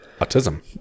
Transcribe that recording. Autism